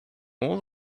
all